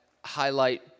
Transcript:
highlight